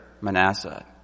Manasseh